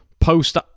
post